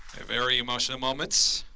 a very emotional moment.